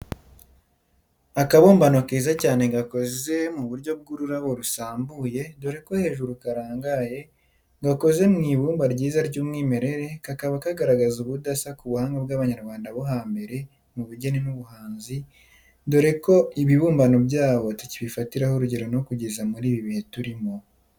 Akabumbano keza cyane gakoze mu buryo bw'ururabo rwasambuye dore ko hejuru karangaye, gakoze mu ibumba ryiza ry'umwimerere, kakaba kagaragaza ubudasa ku buhanga bw'Abanyarwanda bo hambere mu bugeni n'ubuhanzi, dore ko ibibumbano byabo tukibifatiraho urugero no kugeza muri ibi bihe turimo.